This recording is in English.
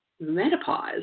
menopause